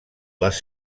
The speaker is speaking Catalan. les